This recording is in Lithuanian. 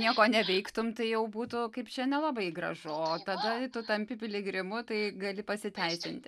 nieko neveiktum tai jau būtų kaip čia nelabai gražu o tada į tu tampi piligrimu tai gali pasiteisint